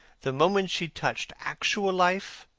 the moment she touched actual life,